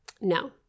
No